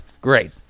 Great